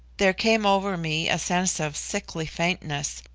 there came over me a sense of sickly faintness,